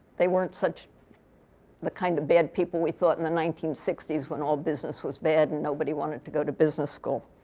they weren't the kind of bad people we thought in the nineteen sixty s, when all business was bad. and nobody wanted to go to business school.